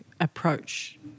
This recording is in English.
approach